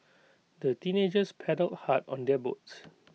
the teenagers paddled hard on their boats